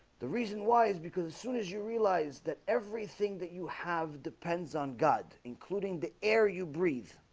the reason why is because as soon as you realize that everything that you have depends on god including the air you breathe